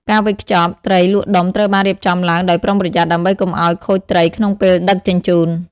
ការវេចខ្ចប់ ត្រីលក់ដុំត្រូវបានរៀបចំឡើងដោយប្រុងប្រយ័ត្នដើម្បីកុំឱ្យខូចត្រីក្នុងពេលដឹកជញ្ជូន។